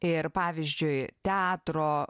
ir pavyzdžiui teatro